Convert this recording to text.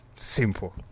simple